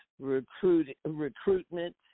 recruitment